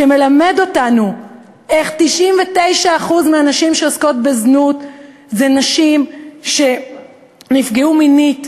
שמלמד אותנו איך 99% מהנשים שעוסקות בזנות אלו נשים שנפגעו מינית,